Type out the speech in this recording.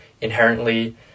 inherently